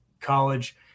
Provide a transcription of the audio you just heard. college